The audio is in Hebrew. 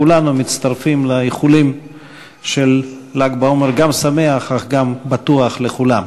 כולנו מצטרפים לאיחולים של ל"ג בעומר שמח אך גם בטוח לכולם.